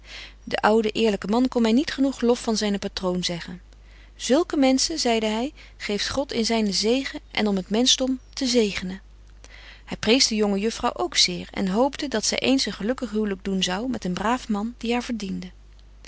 de oude eerlyke man kon my niet genoeg lof van zynen patroon zeggen zulke menschen zeide hy geeft god in zynen zegen en om het menschdom te zegenen hy prees de jonge juffrouw ook zeer en hoopte dat zy eens een gelukkig huwlyk doen zou met een braaf man die haar verdiende